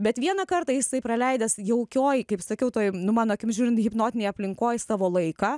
bet vieną kartą jisai praleidęs jaukioj kaip sakiau toj nu mano akim žiūrint hipnotinėj aplinkoj savo laiką